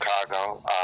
Chicago